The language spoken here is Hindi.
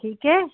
ठीक है